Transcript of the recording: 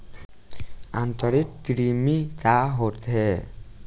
आंतरिक कृमि का होखे?